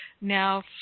now